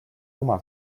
oma